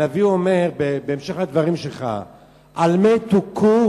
הנביא אומר, בהמשך הדברים שלך: על מה תוכו,